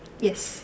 yes